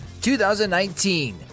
2019